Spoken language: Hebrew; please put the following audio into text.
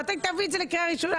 זה לקריאה ראשונה?